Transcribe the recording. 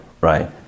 Right